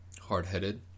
hard-headed